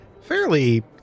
fairly